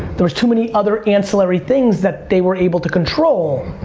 there was too many other ancillary things that they were able to control.